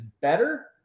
better